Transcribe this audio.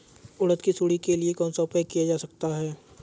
उड़द की सुंडी के लिए कौन सा उपाय किया जा सकता है?